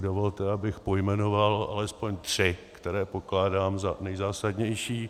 Dovolte, abych pojmenoval alespoň tři, které pokládám za nejzásadnější.